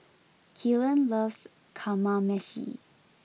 Kylan loves Kamameshi